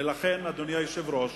ולכן, אדוני היושב-ראש,